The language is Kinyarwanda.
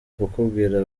kukubwira